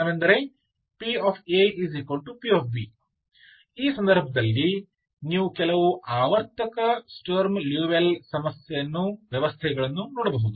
ಆ ಸಂದರ್ಭದಲ್ಲಿ ನೀವು ಕೆಲವು ಆವರ್ತಕ ಸ್ಟರ್ಮ್ ಲಿಯೋವಿಲ್ಲೆ ವ್ಯವಸ್ಥೆಯನ್ನು ನೋಡಬಹುದು